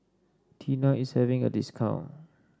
Tena is having a discount